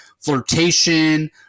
flirtation